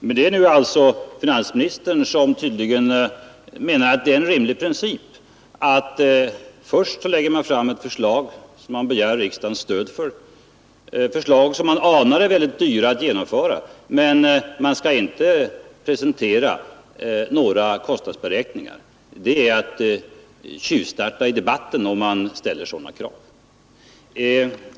Men det är nu alltså finansministern som tydligen menar att det är en rimlig princip att lägga fram förslag som man begär riksdagens stöd för men vägrar att presentera kostnadsberäkningar: att kräva sådana är att tjuvstarta i debatten.